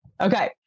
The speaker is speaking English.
Okay